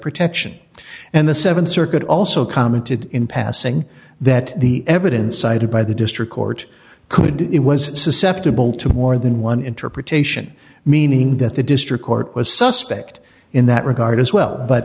protection and the th circuit also commented in passing that the evidence cited by the district court could it was susceptible to more than one interpretation meaning that the district court was suspect in that regard as well but